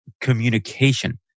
communication